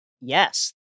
Yes